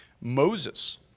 Moses